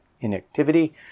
inactivity